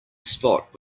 spot